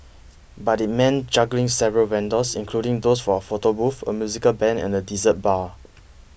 but it meant juggling several vendors including those for a photo booth a musical band and a dessert bar